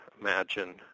imagine